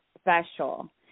special